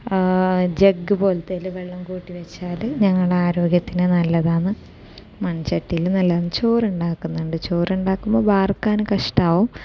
jug പോലത്തേതിൽ വെള്ളം കൂട്ടി വെച്ചാൽ ഞങ്ങള ആരോഗ്യത്തിന്ന് നല്ലതാണ് മൺചട്ടിയിൽ നല്ല ചോറ് ഉണ്ടാക്കുന്നുണ്ട് ചോറുണ്ടാക്കുമ്പം വാർക്കാൻ കഷ്ടമാവും